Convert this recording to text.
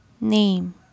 name